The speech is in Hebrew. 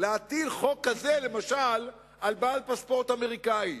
להטיל חוק כזה, למשל, על בעל פספורט אמריקני.